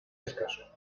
escaso